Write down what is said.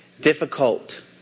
difficult